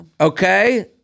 okay